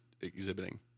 exhibiting